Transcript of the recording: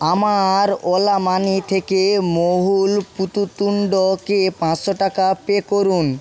আমার Ola Money থেকে মহুল পূততুণ্ডকে পাঁচশো টাকা পে করুন